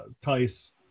Tice